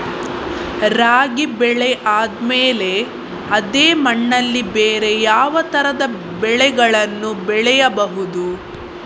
ರಾಗಿ ಬೆಳೆ ಆದ್ಮೇಲೆ ಅದೇ ಮಣ್ಣಲ್ಲಿ ಬೇರೆ ಯಾವ ತರದ ಬೆಳೆಗಳನ್ನು ಬೆಳೆಯಬಹುದು?